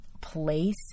place